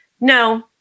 no